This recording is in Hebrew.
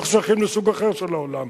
אנחנו שייכים לסוג אחר של העולם.